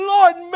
Lord